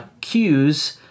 cues